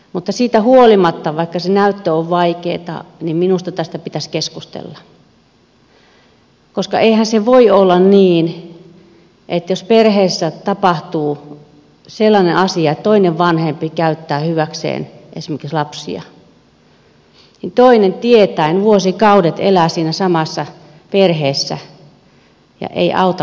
mutta siitä huolimatta että se näyttö on vaikeata minusta tästä pitäisi keskustella koska eihän se voi olla niin että jos perheessä tapahtuu sellainen asia että toinen vanhempi käyttää hyväkseen esimerkiksi lapsia niin toinen tietäen vuosikaudet elää siinä samassa perheessä eikä auta lasta riittävästi